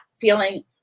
feeling